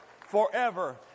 forever